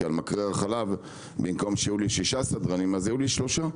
על מקרר חלב במקום שיהיו לי כשישה סדרנים יהיו לי רק שלושה,